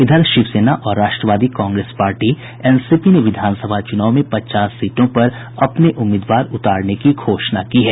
इधर शिव सेना और Rashtrawadi Congress Party NCP ने विधानसभा चुनाव में पचास सीटों पर अपने उम्मीदवार उतारने की घोषणा की है